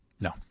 no